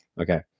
Okay